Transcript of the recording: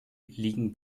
liegen